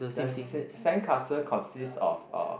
the sa~ sand castle consist of uh